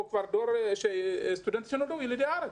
ילידי הארץ.